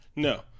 No